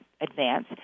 advance